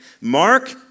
Mark